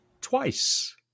twice